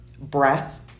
breath